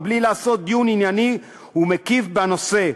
מבלי לעשות דיון ענייני ומקיף בנושא.